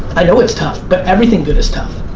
i know it's tough, but everything good is tough.